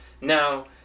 Now